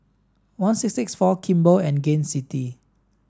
one six six four Kimball and Gain City